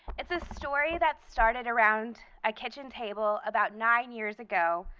it's a story that started around a kitchen table about nine years ago,